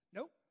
Nope